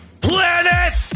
Planet